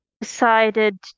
decided